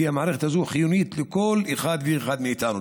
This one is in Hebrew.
כי המערכת הזאת חיונית לכל אחד ואחד מאיתנו.